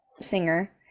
singer